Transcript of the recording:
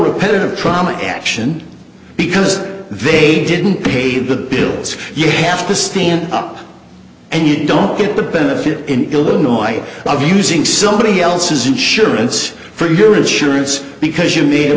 repetitive trauma action because they didn't pay the bills you have to stand up and you don't get the benefit in illinois of using somebody else's insurance for your insurance because you made a